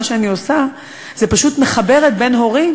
מה שאני עושה זה פשוט מחברת בין הורים,